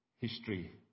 History